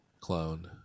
clone